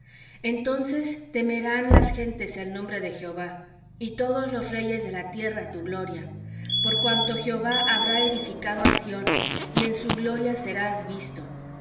entonces temerán las gentes el nombre de jehová y todos los reyes de la tierra tu gloria por cuanto jehová habrá edificado á sión y en su gloria será visto